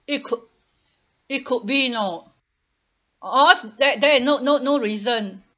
it could it could be know or there there no no no reason